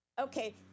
Okay